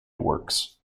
works